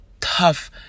tough